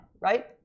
right